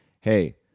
hey